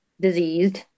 diseased